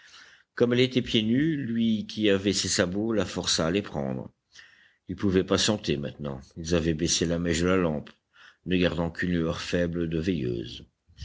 comme elle était pieds nus lui qui avait ses sabots la força à les prendre ils pouvaient patienter maintenant ils avaient baissé la mèche de la lampe ne gardant qu'une lueur faible de veilleuse